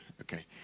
Okay